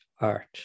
art